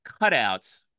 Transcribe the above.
cutouts